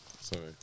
Sorry